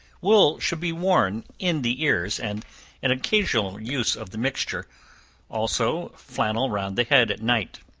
wool should be worn in the ears, and an occasional use of the mixture also flannel round the head at night.